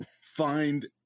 find